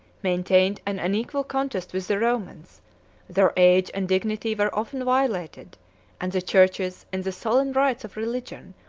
maintained an unequal contest with the romans their age and dignity were often violated and the churches, in the solemn rites of religion,